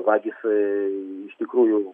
vagys iš tikrųjų